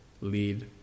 lead